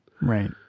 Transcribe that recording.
Right